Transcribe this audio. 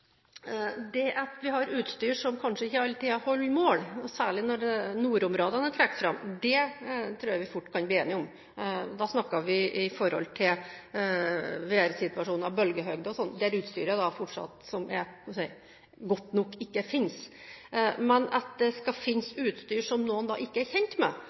Det at vi har utstyr som kanskje ikke alltid har holdt mål, særlig når nordområdene er trukket fram, tror jeg vi fort kan bli enige om. Da snakker vi om værsituasjon, bølgehøyder og slikt, der utstyret som er – skal vi si – godt nok, fortsatt ikke finnes. Men at det skal finnes utstyr som noen ikke er kjent med